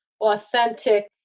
authentic